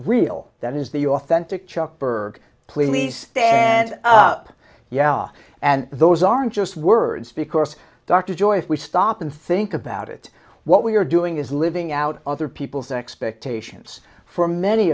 real that is the authentic chuck berg please stay and up yeah and those aren't just words because dr joyce we stop and think about it what we are doing is living out other people's expectations for many